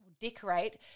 decorate